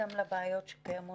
הקיצון של 70% מבית